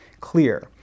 clear